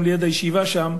גם ליד הישיבה שם,